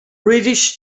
british